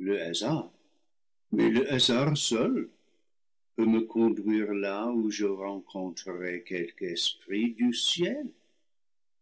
le hasard mais le hasard seul peut me con duire là où je rencontrerai quelque esprit du ciel